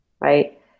right